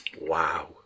Wow